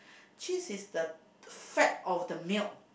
cheese is the fat of the milk